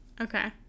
Okay